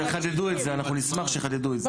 שיחדדו את זה, אנחנו נשמח שיחדדו את זה.